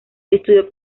estudió